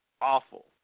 awful